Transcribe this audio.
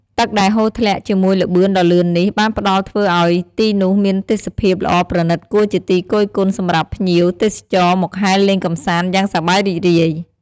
ទឹកដែលហូរធ្លាក់ជាមួយល្បឿនដ៏លឿននេះ បានផ្តល់ធ្វើឲ្យទីនោះមានទេសភាពល្អប្រណិតគួរជាទីគយគន់សម្រាប់ ភ្ញៀវ ទេសចរមកហែលលេងកំសាន្តយ៉ាងសប្បាយរីករាយ។